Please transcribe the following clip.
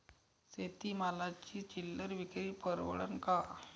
शेती मालाची चिल्लर विक्री परवडन का?